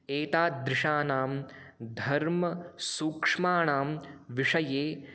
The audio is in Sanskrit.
एतादृशानां धर्मसूक्ष्माणां विषये